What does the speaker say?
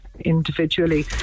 individually